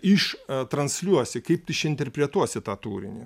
iš transliuosi kaip interpretuosi tą turinį